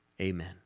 amen